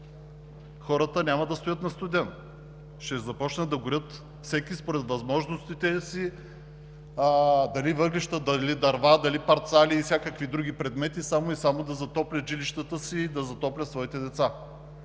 Хората няма да стоят на студено – ще започнат да горят всеки според възможностите си дали въглища, дали дърва, дали парцали и всякакви други предмети, само и само да затоплят жилищата си и да затоплят своите деца.